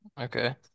Okay